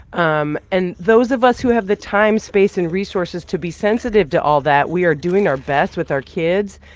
um and those of us who have the time, space and resources to be sensitive to all that, we are doing our best with our kids.